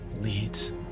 leads